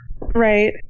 Right